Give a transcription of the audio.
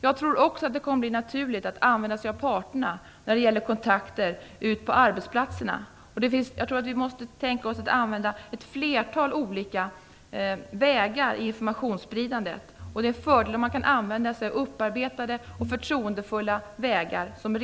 Jag tror också att det kommer att bli naturligt att använda sig av parterna när det gäller kontakter med arbetsplatserna. Jag tror att vi måste tänka oss att använda ett flertal olika vägar i informationsspridandet. Det är en fördel om man kan använda sig av redan upparbetade förtroendefulla vägar.